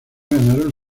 ganaron